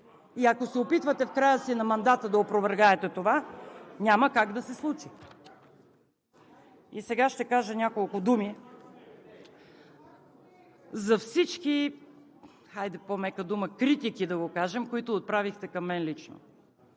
И ако се опитвате в края на мандата си да опровергаете това, няма как да се случи. И сега ще кажа няколко думи за всички – хайде по-мека дума – критики, да кажем, които отправихте към мен лично.